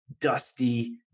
Dusty